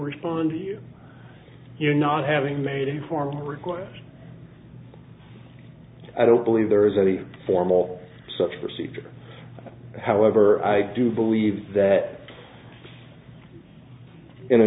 respond to you your not having made a formal request i don't believe there is any formal such procedure however i do believe that in a